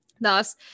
Thus